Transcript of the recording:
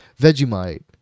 Vegemite